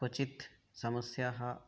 क्वचित् समस्याः